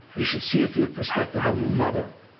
you should see it from the perspective of a mother,